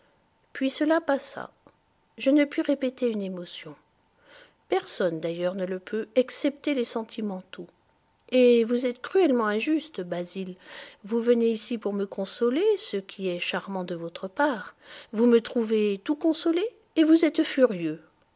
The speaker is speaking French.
puis cela passa je ne puis répéter une émotion personne d'ailleurs ne le peut excepté les sentimentaux et vous êtes cruellement injuste basil vous venez ici pour me consoler ce qui est charmant de votre part vous me trouvez tout consolé et vous êtes furieux